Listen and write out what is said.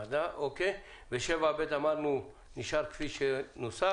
ו-7ב' נשאר כמו שנוסח?